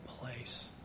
place